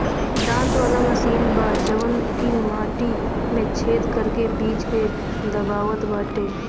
दांत वाला मशीन बा जवन की माटी में छेद करके बीज के दबावत बाटे